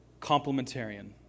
complementarian